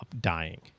dying